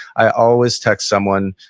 i always text someone.